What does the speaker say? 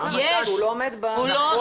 הוא לא עומד ב --- לא,